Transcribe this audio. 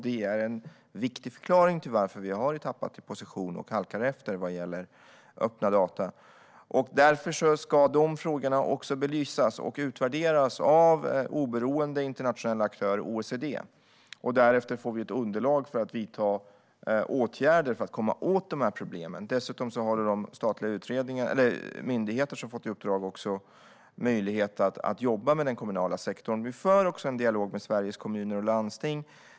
Det är en viktig förklaring till att vi har tappat i position och halkar efter när det gäller öppna data. Därför ska även dessa frågor belysas och utvärderas av en oberoende internationell aktör, OECD, och därefter får vi ett underlag för att vidta åtgärder för att komma åt dessa problem. Dessutom får de statliga myndigheter som har fått uppdraget också möjlighet att jobba med den kommunala sektorn. Vi för även en dialog med Sveriges Kommuner och Landsting.